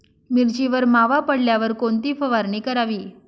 मिरचीवर मावा पडल्यावर कोणती फवारणी करावी?